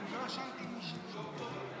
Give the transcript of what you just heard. להלן תוצאות ההצבעה: